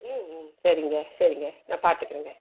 ம் ம் சரிங்க சரிங்க நான் பார்த்துக்குறேங்க